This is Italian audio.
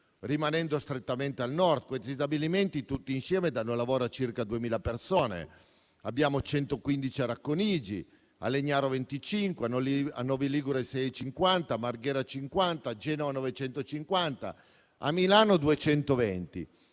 rimanendo strettamente al Nord. Questi stabilimenti, tutti insieme, danno lavoro a circa 2.000 persone: 115 a Racconigi, a Legnaro 25, a Novi Ligure 650, a Marghera 50, a Genova 950, a Milano 220.